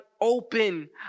open